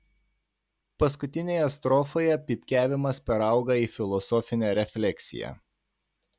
paskutinėje strofoje pypkiavimas perauga į filosofinę refleksiją